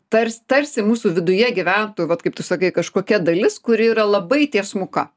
tars tarsi mūsų viduje gyventų vat kaip tu sakai kažkokia dalis kuri yra labai tiesmuka